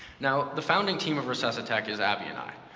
now, the founding team of resuscitech is abby and i.